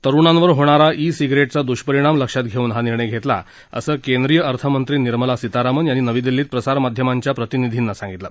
तरुणांवर होणारा ई सिगारेटचा दुष्परिणाम लक्षात घेऊन हा निर्णय घेतला असं केंद्रिय अर्थमंत्री निर्मला सितारामन यांनी नवी दिल्लीत प्रसार माध्यमांच्या प्रतिनिधींना सांगितलं